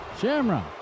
Shamrock